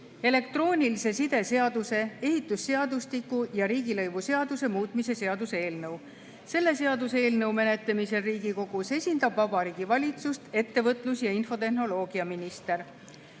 elektroonilise side seaduse, ehitusseadustiku ja riigilõivuseaduse muutmise seaduse eelnõu. Selle seaduseelnõu menetlemisel Riigikogus esindab Vabariigi Valitsust ettevõtlus- ja infotehnoloogiaminister.